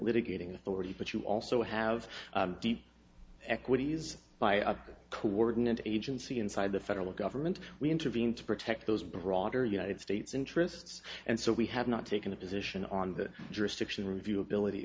litigating authority but you also have deep equities by a coordinate agency inside the federal government we intervene to protect those broader united states interests and so we have not taken a position on the jurisdiction review ability